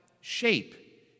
shape